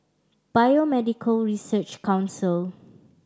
Biomedical Research Council